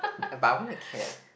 but I want a cat